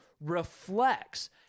reflects